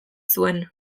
zuen